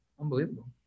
unbelievable